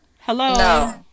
hello